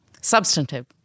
substantive